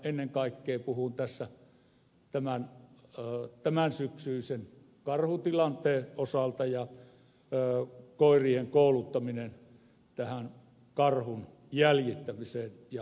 ennen kaikkea puhun tässä tämänsyksyisen karhutilanteen osalta ja koirien kouluttamisesta tähän karhun jäljittämiseen ja haukkumiseen